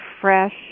fresh